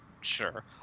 sure